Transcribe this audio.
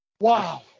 Wow